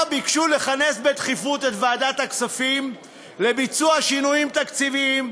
ביקשו לכנס בדחיפות את ועדת הכספים מחר לביצוע שינויים תקציביים: